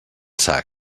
sac